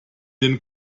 den